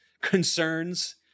concerns